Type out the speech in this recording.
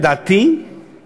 לדעתי,